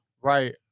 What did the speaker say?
right